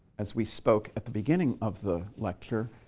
as we spoke at the beginning of the lecture,